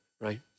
right